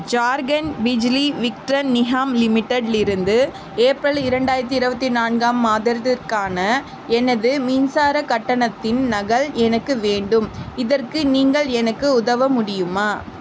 ஜார்க்கண்ட் பிஜ்லி விட்ரன் நிகாம் லிமிட்டெடிலிருந்து ஏப்ரல் இரண்டாயிரத்தி இருபத்தி நான்காம் மாதத்திற்கான எனது மின்சார கட்டணத்தின் நகல் எனக்கு வேண்டும் இதற்கு நீங்கள் எனக்கு உதவ முடியுமா